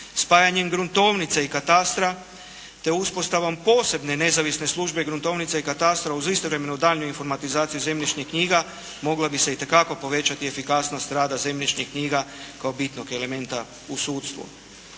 Spajanjem gruntovnice i katastra, te uspostavom posebne nezavisne službe gruntovnice i katastra uz istovremenu daljnju informatizaciju zemljišnih knjiga mogla bi se itekako povećati efikasnost rada zemljišnih knjiga kao bitnog elementa u sudstvu.